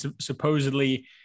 Supposedly